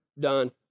done